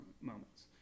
moments